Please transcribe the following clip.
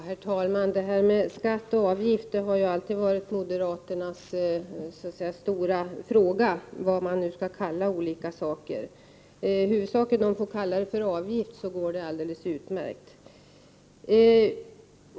Herr talman! Det här med skatter och avgifter har alltid varit moderaternas stora fråga, alltså vad man skall kalla olika saker. Huvudsaken är att de får kalla allting avgifter, för då går det alldeles utmärkt.